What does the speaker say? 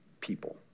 people